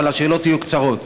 אבל השאלות יהיו קצרות.